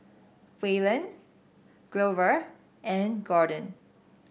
Waylon Glover and Gordon